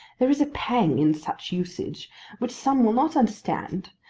there is a pang in such usage which some will not understand,